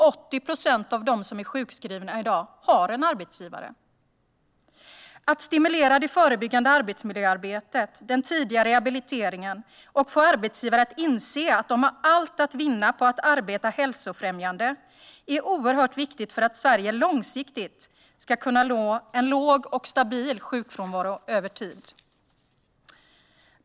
80 procent av de sjukskrivna i dag har en arbetsgivare. Att stimulera det förebyggande arbetsmiljöarbetet och den tidiga rehabiliteringen och få arbetsgivare att inse att de har allt att vinna på att arbeta hälsofrämjande är oerhört viktigt för att Sverige långsiktigt ska kunna nå en låg och stabil sjukfrånvaro över tid.